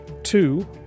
Two